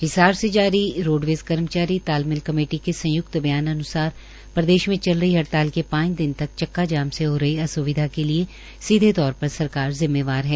हिसार से जारी रोडवेज़ कर्मचारी तालमेल कमेटी के संय्क्त बयान अन्सार प्रदेश में चल रहे हड़ताल के पांच दिन तक चक्का जाम से हो रही अस्विधा के लिए सीधे तौर पर सरकार जिम्मेवार है